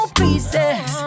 pieces